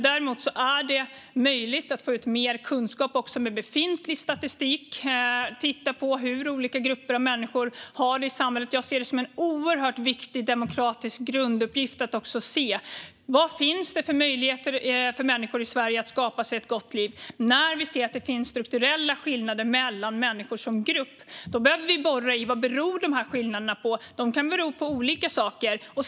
Däremot är det möjligt att få ut mer kunskap med befintlig statistik och titta på hur olika grupper av människor har det i samhället. Jag ser det som en oerhört viktig demokratisk grunduppgift att se på vad det finns för möjligheter för människor i Sverige att skapa sig ett gott liv när det finns strukturella skillnader mellan människor som grupp. Då behöver vi borra i vad dessa skillnader beror på. De kan bero på olika saker.